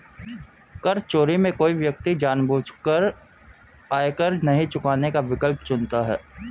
कर चोरी में कोई व्यक्ति जानबूझकर आयकर नहीं चुकाने का विकल्प चुनता है